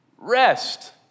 rest